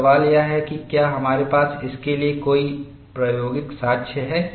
अब सवाल यह है कि क्या हमारे पास इसके लिए कोई प्रायोगिक साक्ष्य है